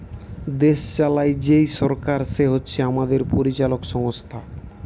দেশ চালায় যেই সরকার সে হচ্ছে আমাদের পরিচালক সংস্থা